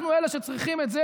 אנחנו אלה שצריכים את זה,